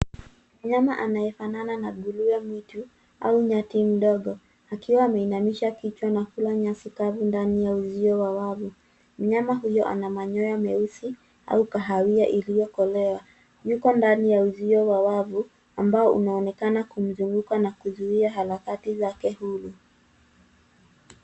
Mnyama amefanana na nguruwe mwitu au nyati mdogo akiwa ameinamisha kichwa na kula nyasi mavu ndani ya uzio wa wavu. Mnyama huyu ana manyoya meusi au kahawia iliyokolea, yuko ndani ya uzio wa wavu ambao unaonekana kumzunguka na kuzuia harakati zake humu.